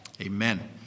Amen